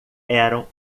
eram